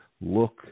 look